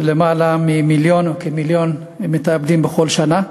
למעלה ממיליון או כמיליון מתאבדים בכל שנה.